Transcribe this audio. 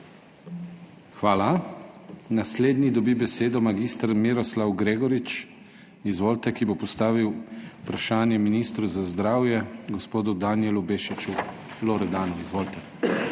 Hvala. Naslednji dobi besedo mag. Miroslav Gregorič, ki bo postavil vprašanje ministru za zdravje gospodu Danijelu Bešiču Loredanu. Izvolite.